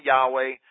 Yahweh